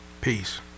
Peace